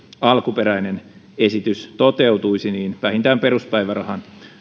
alkuperäinen esitys toteutuisi niin vähintään peruspäivärahan